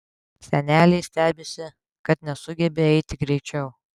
senelė stebisi kad nesugebi eiti greičiau